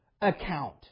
account